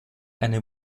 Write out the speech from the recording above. eine